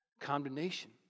condemnation